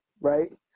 right